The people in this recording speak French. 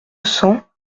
cents